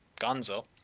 Gonzo